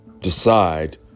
Decide